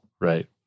Right